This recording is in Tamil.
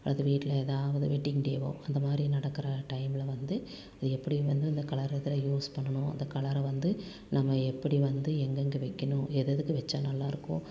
அல்லது வீட்டில ஏதாவது வெட்டிங் டேவோ அந்தமாதிரி நடக்கிற டைம்ல வந்து இது எப்படி வந்து அந்த கலர் இதில் யூஸ் பண்ணணும் அந்த கலரை வந்து நாங்கள் எப்படி வந்து எங்கெங்க வைக்கணும் எததுக்கு வெச்சால் நல்லாயிருக்கும்